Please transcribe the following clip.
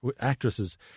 actresses